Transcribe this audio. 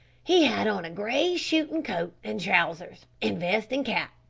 he had on a grey shootin' coat and trousers and vest and cap,